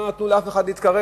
לא נתנו לאף אחד להתקרב.